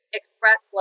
express